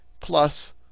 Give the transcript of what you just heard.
plus